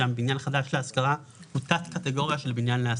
בניין חדש להשכרה הוא תת קטגוריה של בניין להשכרה.